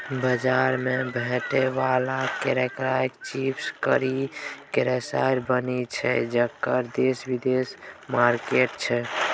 बजार मे भेटै बला केराक चिप्स करी केरासँ बनय छै जकर देश बिदेशमे मार्केट छै